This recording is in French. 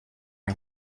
ont